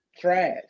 trash